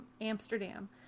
Amsterdam